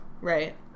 Right